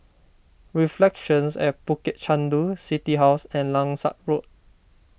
Reflections at Bukit Chandu City House and Langsat Road